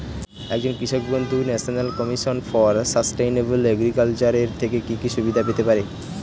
একজন কৃষক বন্ধু national commission for sustainable agriculture এর থেকে কি কি সুবিধা পেতে পারে?